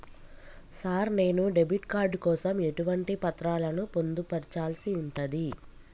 Sir నేను debit card కోసం ఎటువంటి పత్రాలను పొందుపర్చాల్సి ఉంటది?